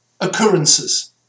occurrences